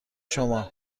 شما